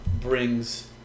brings